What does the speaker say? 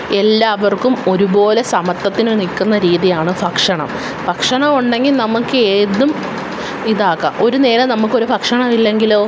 എല്ലാവർക്കും ഒരുപോലെ സമത്വത്തിന് നിൽക്കുന്ന രീതിയാണ് ഭക്ഷണം ഭക്ഷണം ഉണ്ടെങ്കിൽ നമുക്കേതും ഇതാക്കാം ഒരു നേരം നമുക്കൊരു ഭക്ഷണം ഇല്ലെങ്കിലോ